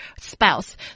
spouse